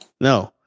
No